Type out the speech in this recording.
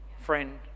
Friend